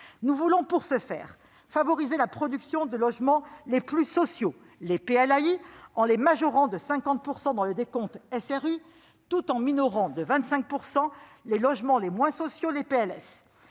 Nous voulons, pour ce faire, favoriser la production des logements les plus sociaux, les PLAI, en les majorant de 50 % dans le décompte SRU, tout en minorant de 25 % les logements les moins sociaux, les PLS.